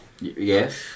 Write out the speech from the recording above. Yes